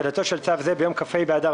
תחילה 4. תחילתו של צו זה ביום כ"ה באדר